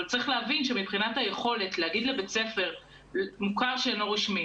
אבל צריך להבין שהיכולת להגיד לבית ספר מוכר שאינו רשמי,